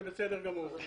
זה בסדר גמור.